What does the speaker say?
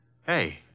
Hey